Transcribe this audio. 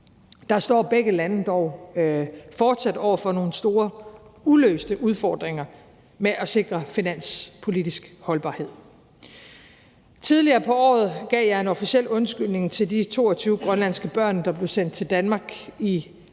sigt står begge lande dog fortsat over for nogle store uløste udfordringer med at sikre finanspolitisk holdbarhed. Tidligere på året gav jeg en officiel undskyldning til de 22 grønlandske børn – eksperimentbørnene – der